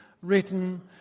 written